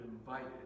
invited